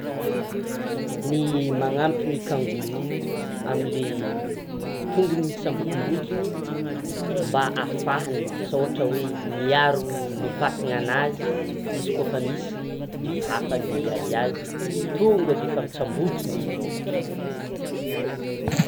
Ny manampy ny kangoroa amle tongony mitsambokombokony mba afahany asa ohatra hoe miaro ny vatana anazy izy koa fa misy biby hafa andeha hiady azy tonga defa mitsabokono izy ohatra.